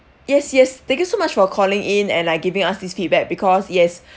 yes yes thank you so much for calling in and like giving us these feedback because yes